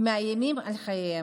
ומאיימים על חייהם.